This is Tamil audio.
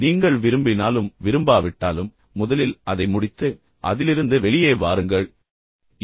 எனவே நீங்கள் விரும்பினாலும் விரும்பாவிட்டாலும் முதலில் அதை முடித்து பின்னர் அதிலிருந்து வெளியே வாருங்கள் நீங்கள் தப்பிக்கிறீர்கள்